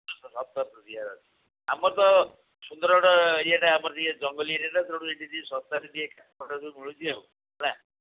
ସତରଶହ ଦିଆଯାଉଛି ଆମର ତ ସୁନ୍ଦରଗଡ଼ ଇଏରେ ଆମର ତ ଇଏ ଜଙ୍ଗଲୀ ଏରିଆଟା ତେଣୁ ଏଇଠି ଟିକେ ଶସ୍ତାରେ ଟିକେ କାଠ ଫାଟ ସବୁ ମିଳୁଛି ଆଉ ହେଲା